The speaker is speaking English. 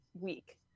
week